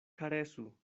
karesu